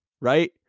right